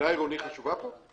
המילה "עירוני" חשובה פה?